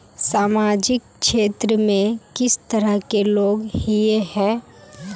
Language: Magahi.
सामाजिक क्षेत्र में किस तरह के लोग हिये है?